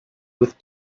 with